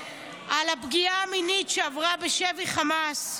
על הפגיעה המינית שעברה בשבי חמאס.